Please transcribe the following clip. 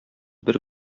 бер